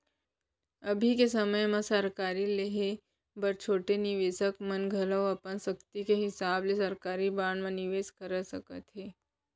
अभी के समे म सरकारी बांड ल लेहे बर छोटे निवेसक मन घलौ अपन सक्ति के हिसाब ले सरकारी बांड म निवेस कर सकत हें